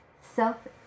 self